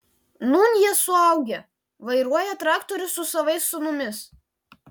nūn jie suaugę vairuoja traktorius su savais sūnumis